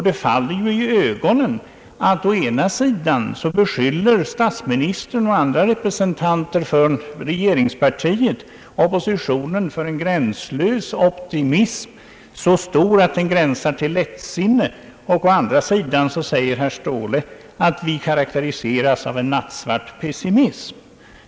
Det är iögonenfallande hur å ena sidan statsministern och andra representanter för regeringspartiet beskyller oppositionen för en gränslös optimism — så stor att den gränsar till lättsinne — och hur herr Ståhle å andra sidan säger, att vi karaktäriseras av en nattsvart pessimism.